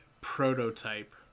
prototype